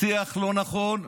שיח לא נכון,